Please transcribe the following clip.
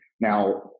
now